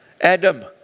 Adam